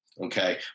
Okay